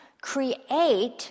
create